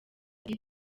ati